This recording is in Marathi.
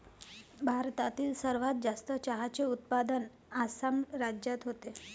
भारतातील सर्वात जास्त चहाचे उत्पादन आसाम राज्यात होते